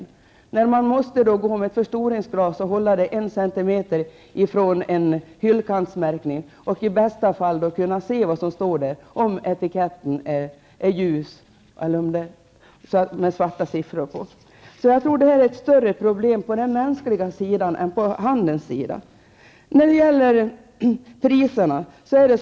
De berättade att de måste gå omkring med ett förstoringsglas, som de måste hålla 1 cm från en hyllkant för att kunna se vad som sägs i hyllkantsmärkningen. I bästa fall kan de se vad som är angivet. Men det förutsätter att det är en ljus etikett med svarta siffror. Jag tror således att det här mera rör sig om ett mänskligt problem. Det handlar alltså inte i första hand om ett problem för handeln. Sedan till frågan om priserna.